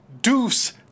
Deuce